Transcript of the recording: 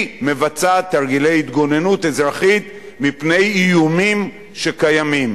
מבצעת תרגילי התגוננות אזרחית מפני איומים שקיימים.